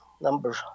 number